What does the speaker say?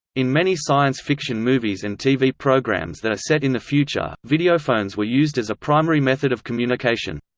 in many science fiction movies and tv programs that are set in the future, videophones were used as a primary method of communication.